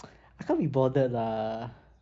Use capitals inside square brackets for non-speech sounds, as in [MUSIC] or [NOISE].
[NOISE] I can't be bothered lah